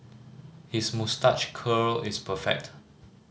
his moustache curl is perfect